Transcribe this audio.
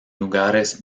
lugares